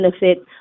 benefit